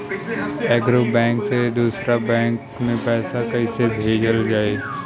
एगो बैक से दूसरा बैक मे पैसा कइसे भेजल जाई?